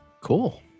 Cool